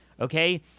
okay